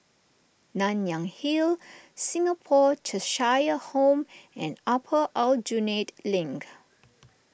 Nanyang Hill Singapore Cheshire Home and Upper Aljunied Link